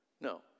No